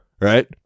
right